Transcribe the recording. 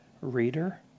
reader